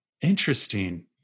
Interesting